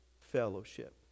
fellowship